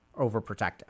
overprotective